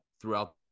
throughout